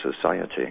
society